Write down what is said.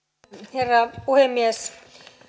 herra puhemies